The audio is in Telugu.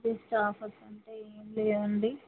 బెస్ట్ ఆఫర్స్ అంటే ఏం లేవండి